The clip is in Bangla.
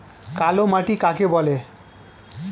কালো মাটি কাকে বলে?